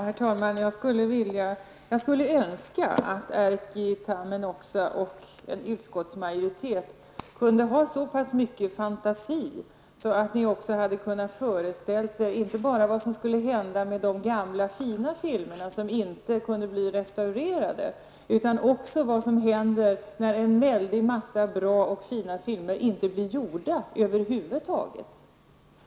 Herr talman! Jag skulle önska att Erkki Tammenoksa och utskottsmajoriteten kunde ha så pass mycket fantasi att de också hade kunnat föreställa sig inte bara vad som skulle hända med de gamla fina filmerna som inte kunde bli restaurerade utan vad som händer när en mängd bra och fina filmer över huvud taget inte blir gjorda.